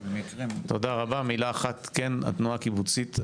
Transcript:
התנועה הקיבוצית,